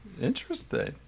Interesting